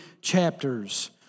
chapters